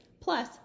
Plus